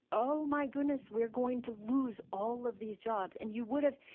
oh, my goodness, we're going to lose all of these jobs. and you would've,